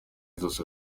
zose